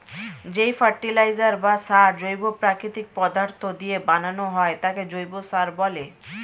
যেই ফার্টিলাইজার বা সার জৈব প্রাকৃতিক পদার্থ দিয়ে বানানো হয় তাকে জৈব সার বলে